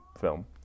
film